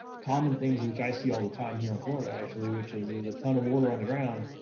common things which i see all the time here in florida actually, which is there's a ton of water on the ground,